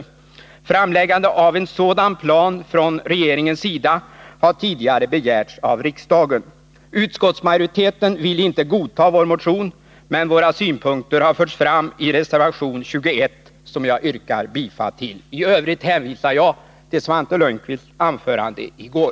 Framläggande av en sådan plan från regeringens sida har tidigare begärts av riksdagen. Utskottsmajoriteten vill inte godta vår motion, men våra synpunkter har förts fram i reservation 21, som jag yrkar bifall till. I övrigt hänvisar jag till Svante Lundkvists anförande i går.